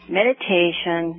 meditation